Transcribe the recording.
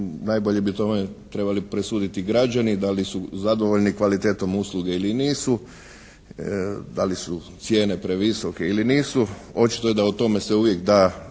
najbolje bi o tome trebali presuditi građani, da li su zadovoljni kvalitetnom usluge ili nisu, da li su cijene previsoke ili nisu. Očito je da o tome se uvijek da